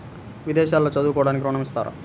విదేశాల్లో చదువుకోవడానికి ఋణం ఇస్తారా?